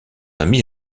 ami